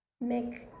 make